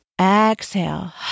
Exhale